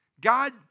God